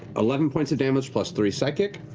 eleven points of damage, plus three psychic.